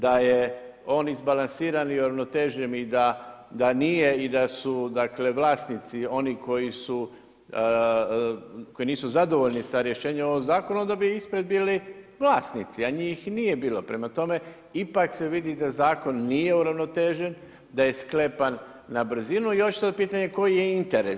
Da je on izbalansiran i uravnotežen i da nije i da su dakle, vlasnici oni koji su, koji nisu zadovoljni sa rješenjem ovog zakona, onda bi ispred bili vlasnici, a njih nije bilo, prema tome, ipak se vidi da zakon nije uravnotežen, da je sklepan na brzinu i još je sad pitanje koji je interes.